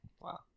Wow